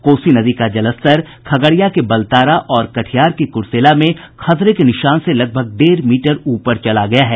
कोसी नदी का जलस्तर खगड़िया के बलतारा और कटिहार के कुर्सेला में खतरे के निशान से लगभग डेढ़ मीटर ऊपर चला गया है